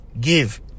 give